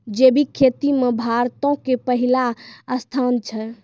जैविक खेती मे भारतो के पहिला स्थान छै